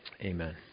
Amen